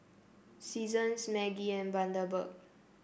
Seasons Maggi and Bundaberg